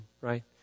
right